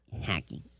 Hacking